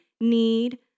need